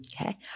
okay